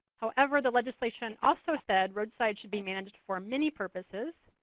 however, the legislation also said roadsides should be managed for many purposes,